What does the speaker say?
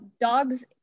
dogs